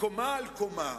קומה על קומה